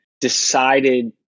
decided